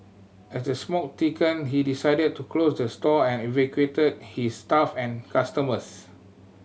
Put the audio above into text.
as the smoke thickened he decided to close the store and evacuate his staff and customers